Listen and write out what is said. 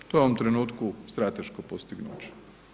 To je u ovom trenutku strateško postignuće.